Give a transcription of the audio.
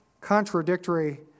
contradictory